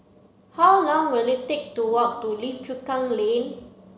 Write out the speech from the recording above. how long will it take to walk to Lim Chu Kang Lane